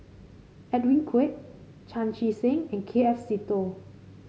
Edwin Koek Chan Chee Seng and K F Seetoh